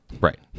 Right